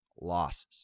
losses